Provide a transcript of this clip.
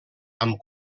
amb